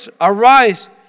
arise